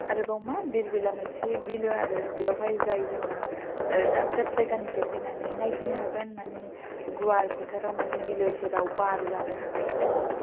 आरोबाव मा धीर बिला मोनसे बिलो आरो बेवहाय जाय जोङो ओ दाब दाब जायगानिफ्राय फैनानै नायफैनो हागोन मानि गुवार फोथाराव मानि बिलो सेराव बार जानो थाखाय मानि